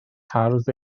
hardd